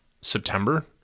September